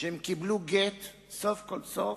הן קיבלו גט סוף כל סוף,